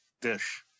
dish